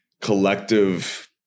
collective